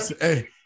hey